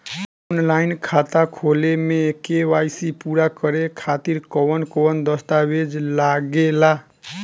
Online खाता खोले में के.वाइ.सी पूरा करे खातिर कवन कवन दस्तावेज लागे ला?